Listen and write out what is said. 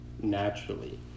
naturally